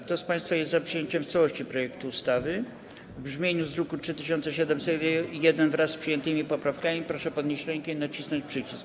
Kto z państwa jest za przyjęciem w całości projektu ustawy w brzmieniu z druku nr 3701, wraz z przyjętymi poprawkami, proszę podnieść rękę i nacisnąć przycisk.